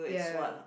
ya